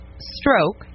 stroke